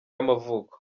y’amavuko